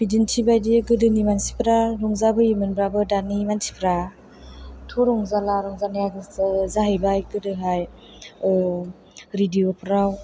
बिदिन्थि बायदि गोदोनि मानसिफोरा रंजा बोयोमोनबाबो दानि मानसिफोरा एथ' रंजाला रंजानाया जाहैबाय गोदोहाय रेडिय'फोराव